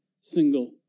single